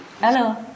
Hello